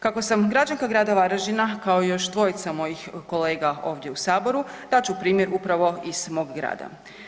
Kako sam građanka grada Varaždina kao i još dvojica mojih kolega ovdje u saboru dat ću primjer upravo iz mog grada.